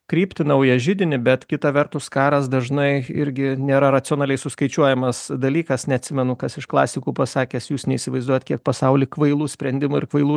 kryptį naują židinį bet kita vertus karas dažnai irgi nėra racionaliai suskaičiuojamas dalykas neatsimenu kas iš klasikų pasakęs jūs neįsivaizduojat kiek pasauly kvailų sprendimų ir kvailų